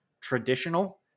traditional